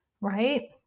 right